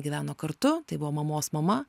gyveno kartu tai buvo mamos mama